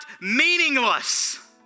meaningless